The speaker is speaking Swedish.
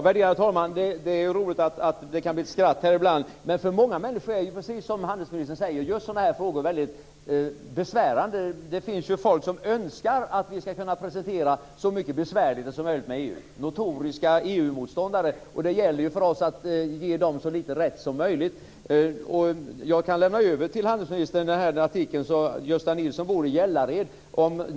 Värderade talman! Det är roligt att det ibland kan bli litet skratt här i kammaren, men just sådana här frågor är, precis som handelsministern säger, för många människor väldigt besvärande. Det finns notoriska EU-motståndare som önskar att vi skall presentera så mycket besvärligheter som möjligt i samband med EU. Det gäller för oss att ge dem så litet rätt som möjligt. Jag kan lämna över den här artikeln till handelsministern. Gösta Nilsson bor i Gällared.